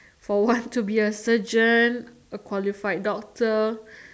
for one to be a surgeon a qualified doctor